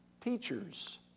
teachers